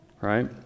right